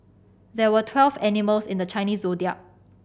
there were twelve animals in the Chinese Zodiac